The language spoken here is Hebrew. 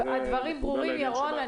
הדברים ברורים, ירון.